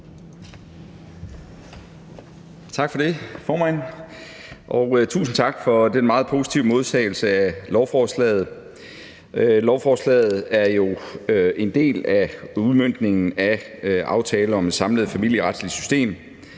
Tak for det, formand. Og tusind tak for den meget positive modtagelse af lovforslaget. Lovforslaget er jo en del af udmøntningen af aftalen om et samlet familieretsligt system,